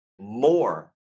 more